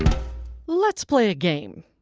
let's play a game.